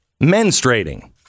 menstruating